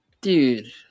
dude